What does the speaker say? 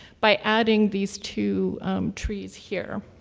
by adding these two trees here.